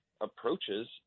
approaches